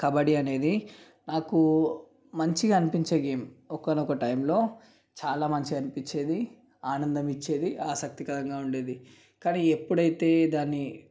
కబడ్డీ అనేది నాకు మంచిగా అనిపించే గేమ్ ఒకానొక టైంలో చాలా మంచిగా అనిపించేది ఆనందం ఇచ్చేది ఆసక్తికరంగా ఉండేది కానీ ఎప్పుడైతే దాన్ని